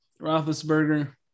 Roethlisberger